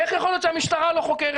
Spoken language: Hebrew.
איך יכול להיות שהמשטרה לא חוקרת?